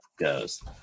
goes